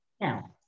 Now